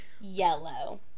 yellow